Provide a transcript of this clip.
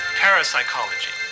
parapsychology